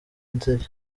nzeli